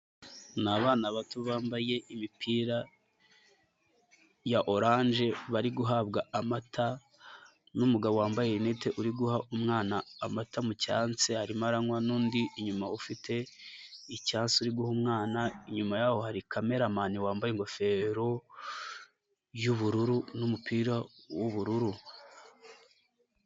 Ni abana bato bambaye imipira ya oranje bari guhabwa amata n'umugabo wambaye linete, uri guha umwana amata mu cyansi arimo aranywa, n'undi inyuma ufite icyansi uri guha umwana, inyuma yaho hari kameramani wambaye ingofero y'ubururu n'umupira w'ubururu.